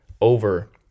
over